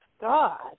God